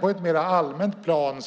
På ett mer allmänt plan